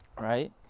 Right